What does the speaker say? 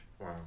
wow